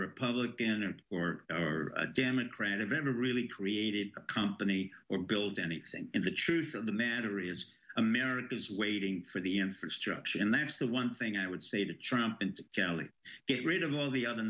republican or or or democrat event really created a company or build anything in the truth of the matter is america is waiting for the infrastructure and that's the one thing i would say to trump and cali get rid of all the other